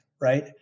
right